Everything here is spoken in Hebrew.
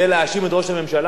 אי-אפשר לעשות את זה בירושלים?